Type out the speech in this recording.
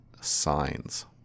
Signs